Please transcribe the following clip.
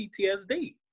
PTSD